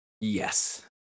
Yes